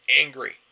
angry